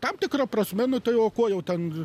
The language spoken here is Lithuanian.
tam tikra prasme tai o kuo jau ten